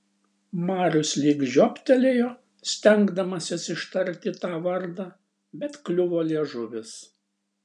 marius lyg žioptelėjo stengdamasis ištarti tą vardą bet kliuvo liežuvis